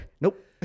Nope